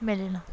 মেলে না